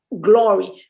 glory